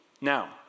Now